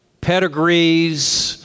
pedigrees